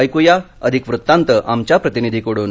ऐकूया अधिक वृत्तांत आमच्या प्रतिनिधीकडून